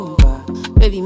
baby